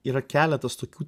yra keletas tokių